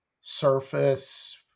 surface